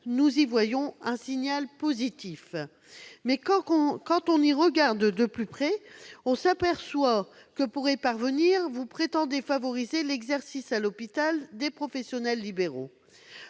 nous y voyons un signal positif, mais en regardant de plus près, nous nous apercevons que, pour y parvenir, vous prétendez favoriser l'exercice à l'hôpital des professionnels libéraux,